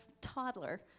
toddler